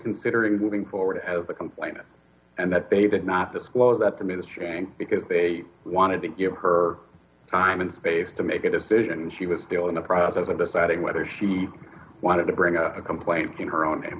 considering moving forward as the complainant and that they did not disclose that to me the shame because they wanted to give her time and space to make a decision and she was still in the process of deciding whether she wanted to bring a complaint to her own